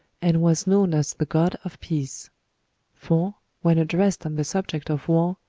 and was known as the god of peace for, when addressed on the subject of war,